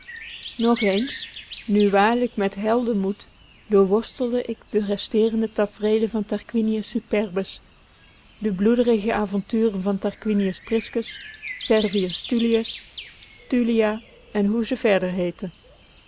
nog eens nu waarlijk met heldenmoed doorworstelde ik de resteerende tafreelen van tarquinius superbus de bloederige avonturen van tarquinius priscus serviustullius tullia en hoe ze verder heetten